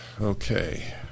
Okay